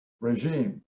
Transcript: regime